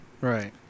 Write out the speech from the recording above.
Right